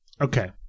Okay